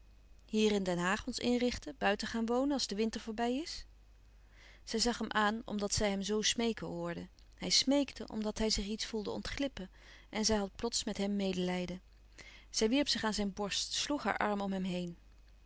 hier in den haag ons inrichten buiten gaan wonen als de winter voorbij is zij zag hem aan omdat zij hem zoo smeeken hoorde hij smeekte omdat hij zich iets voelde ontglippen en zij had plots met hem medelijden zij wierp zich aan zijn borst sloeg haar arm om hem heen